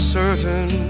certain